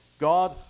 God